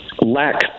lack